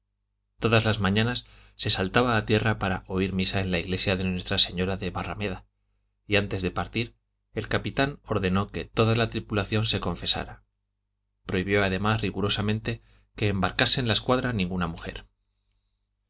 todas las mañanas se saltaba a tierra para oír misa en la iglesia de nuestra señora de barrameda y antes de partir el capitán ordenó que toda la tripulación se confesara prohibió además rigurosamente que embarcase en la escuadra ninguna mujer